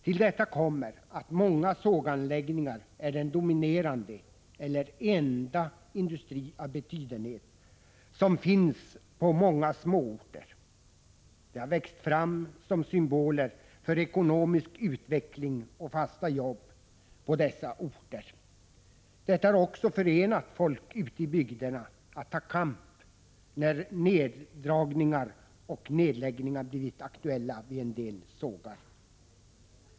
Till detta kommer att många såganläggningar är den dominerande eller enda industri av betydenhet som finns på många småorter. De har växt fram som symboler för ekonomisk utveckling och fasta jobb på dessa orter. Detta har också förenat folk ute i bygderna att ta kamp när neddragningar och nedläggningar blivit aktuella vid en del sågar.